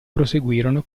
proseguirono